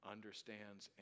understands